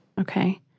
Okay